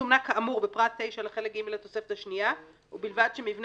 כאמור בפרט 9 לחלק ג' לתוספת השנייה ובלבד שמבנה